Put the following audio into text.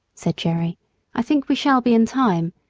said jerry i think we shall be in time.